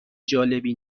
جالبی